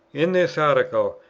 in this article,